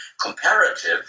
comparative